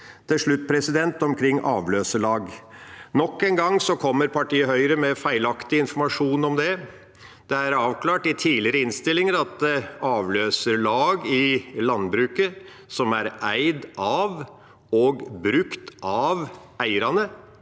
Til slutt omkring avløserlag: Nok en gang kommer partiet Høyre med feilaktig informasjon om det. Det er avklart i tidligere innstillinger at avløserlag i landbruket, som er eid av og brukt av eierne,